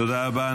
תודה רבה.